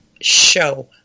show